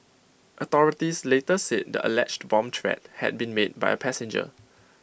authorities later said the alleged bomb threat had been made by A passenger